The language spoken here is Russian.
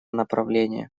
направление